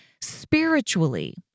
spiritually